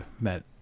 met